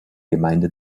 gemeinde